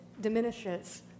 diminishes